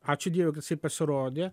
ačiū dievui kad jisai pasirodė